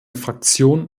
fraktion